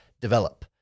develop